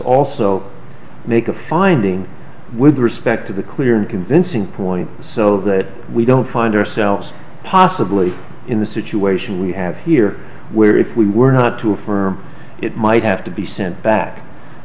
also make a finding with respect to the clear and convincing point so that we don't find ourselves possibly in the situation we have here where if we were not to affirm it might have to be sent back i